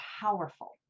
powerful